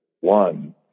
One